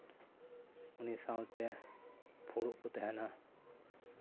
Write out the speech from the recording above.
ᱩᱱᱤ ᱥᱟᱶᱛᱮ ᱯᱷᱩᱲᱩᱜ ᱠᱚ ᱛᱟᱦᱮᱱᱟ